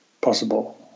possible